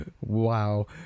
wow